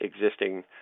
existing